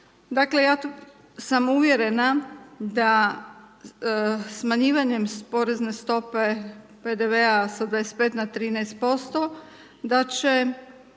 Ja sam uvjerena, da smanjivanjem porezne stope PDV-a sa 25 na 13% da će